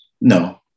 No